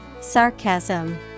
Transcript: Sarcasm